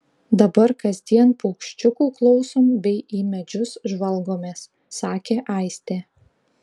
dabar kasdien paukščiukų klausom bei į medžius žvalgomės sakė aistė